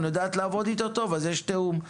יודעת לעבוד איתו טוב אז יש תיאום,